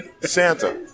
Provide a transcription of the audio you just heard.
Santa